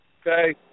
okay